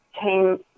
came